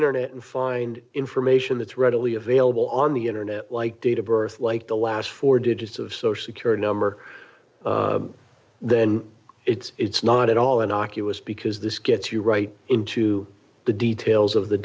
internet and find information that's readily available on the internet like date of birth like the last four digits of social security number then it's it's not at all in iraq it was because this gets you right into the details of the